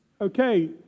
Okay